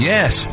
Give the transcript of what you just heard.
Yes